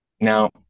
Now